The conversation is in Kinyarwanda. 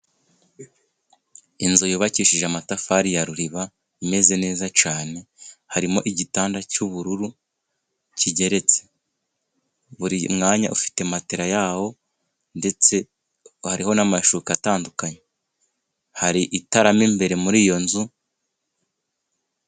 Inzu yubakishije amatafari ya ruriba imeze neza cyane, harimo igitanda cy'ubururu kigeretse buri mwanya ufite matela yawo, ndetse hariho n'amashuka atandukanye, hari itara mo imbere muri iyo nzu.